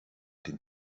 den